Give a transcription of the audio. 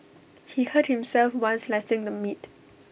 he hurt himself while slicing the meat